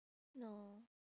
no